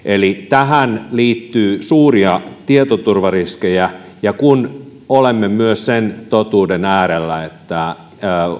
niin tähän liittyy suuria tietoturvariskejä kun olemme myös sen totuuden äärellä että